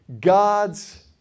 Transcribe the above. God's